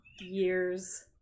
Year's